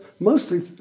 Mostly